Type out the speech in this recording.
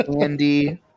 Andy